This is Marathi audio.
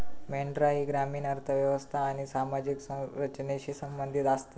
मेंढरा ही ग्रामीण अर्थ व्यवस्था आणि सामाजिक रचनेशी संबंधित आसतत